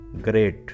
great